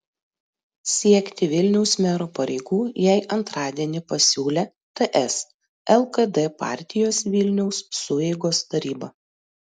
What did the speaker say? siekti vilniaus mero pareigų jai antradienį pasiūlė ts lkd partijos vilniaus sueigos taryba